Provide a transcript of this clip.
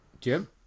Jim